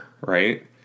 Right